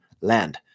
land